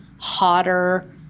hotter